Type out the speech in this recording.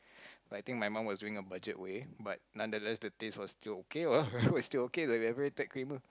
I think my mum was doing the budget way but nonetheless the taste was still okay lah was still okay the very thick creamer